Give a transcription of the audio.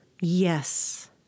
Yes